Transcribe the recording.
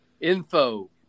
Info